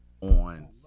on